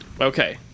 okay